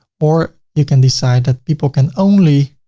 or you can decide that people can only